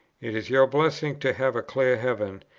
it is your blessing to have a clear heaven,